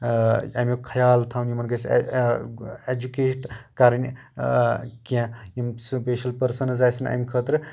اَمیُک خیال تھاوُن یِمن گژھِ ایٚجوٗکیٚٹ کَرٕنۍ کیٚنٛہہ یِم سِپیشل پٔرسَنز آسن اَتھ خٲطرٕ